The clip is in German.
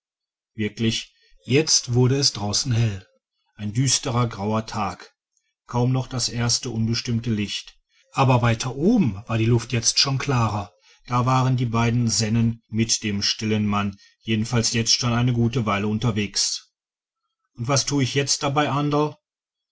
wirklich jetzt wurde es draußen hell ein düsterer grauer tag kaum noch das erste unbestimmte licht aber weiter oben war die luft jetzt schon klarer da waren die beiden sennen mit dem stillen mann jedenfalls jetzt schon eine gute weile unterwegs und was tu ich jetzt dabei anderl